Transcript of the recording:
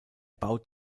baut